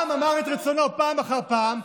העם אמר את רצונו פעם אחר פעם,